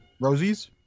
Rosie's